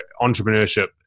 entrepreneurship